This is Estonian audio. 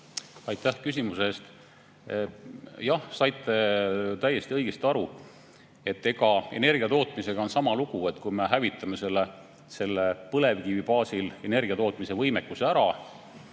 Aitäh küsimuse eest! Jah, saite täiesti õigesti aru. Energiatootmisega on sama lugu, et kui me hävitame põlevkivi baasil energia tootmise võimekuse ära